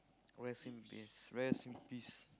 rest in peace rest in peace